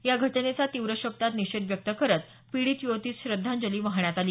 या घटनेचा तीव्र शब्दात निषेध व्यक्त करत पिडीत युवतीस श्रद्धांजली वाहण्यात आली